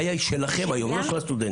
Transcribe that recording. שאלה,